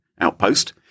outpost